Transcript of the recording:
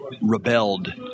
rebelled